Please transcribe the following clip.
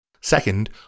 Second